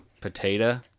Potato